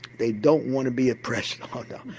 they don't want to be a president, oh no.